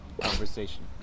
conversation